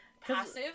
passive